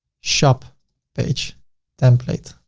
shop page template.